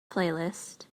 playlist